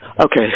Okay